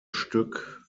stück